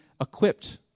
equipped